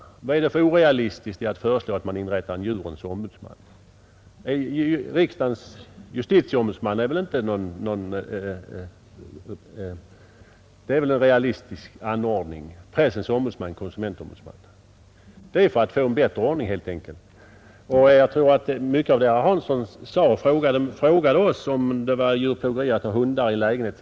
Vad ligger det för orealistiskt i att föreslå att man inrättar en djurens ombudsman? Förekomsten av en riksdagens justitieombudsman är väl en realistisk anordning liksom även en pressens ombudsman eller en konsumentombudsman. Det är helt enkelt gjort för att få en bättre ordning. Herr Hansson frågade om det var djurplågeri att ha hundar i en lägenhet.